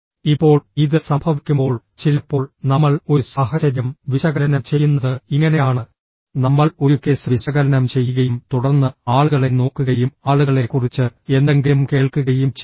ഇപ്പോൾ ഇത് സംഭവിക്കുമ്പോൾ ചിലപ്പോൾ നമ്മൾ ഒരു സാഹചര്യം വിശകലനം ചെയ്യുന്നത് ഇങ്ങനെയാണ് നമ്മൾ ഒരു കേസ് വിശകലനം ചെയ്യുകയും തുടർന്ന് ആളുകളെ നോക്കുകയും ആളുകളെക്കുറിച്ച് എന്തെങ്കിലും കേൾക്കുകയും ചെയ്യുന്നു